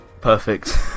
Perfect